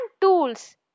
tools